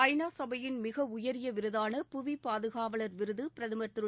ஐ நா சபையின் மிக உயரிய விருதான புவி பாதுகாவலர் விருது பிரதமர் திரு